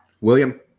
William